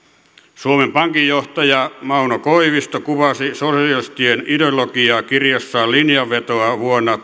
suomen pankin johtaja mauno koivisto kuvasi sosialistien ideologiaa kirjassaan linjan vetoa vuonna